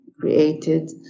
created